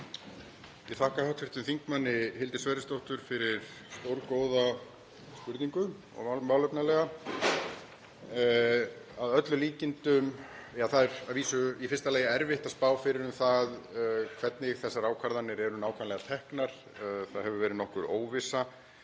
Ég þakka hv. þm. Hildi Sverrisdóttur fyrir stórgóða spurningu og málefnalega. Það er að vísu í fyrsta lagi erfitt að spá fyrir um það hvernig þessar ákvarðanir eru nákvæmlega teknar. Það hefur verið nokkur óvissa